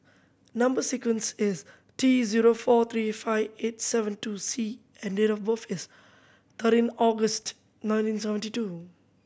number sequence is T zero four three five eight seven two C and date of birth is thirteen August nineteen seventy two